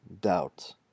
doubt